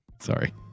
Sorry